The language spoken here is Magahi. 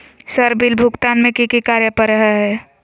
सर बिल भुगतान में की की कार्य पर हहै?